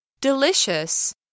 delicious